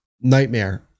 nightmare